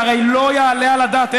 זה הרי לא יעלה על הדעת.